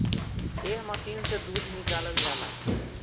एह मशीन से दूध निकालल जाला